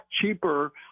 cheaper